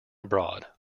abroad